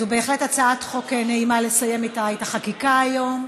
זו בהחלט הצעת חוק נעימה לסיים איתה את החקיקה היום.